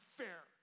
fair